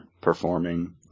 performing